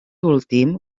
últim